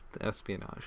espionage